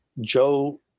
Joe